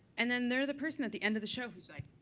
and then they're the person at the end of the show who's like